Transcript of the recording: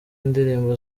indirimbo